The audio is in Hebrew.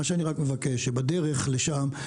מה שאני מבקש זה שבדרך לשם,